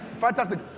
Fantastic